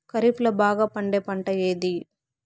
ఖరీఫ్ లో బాగా పండే పంట ఏది?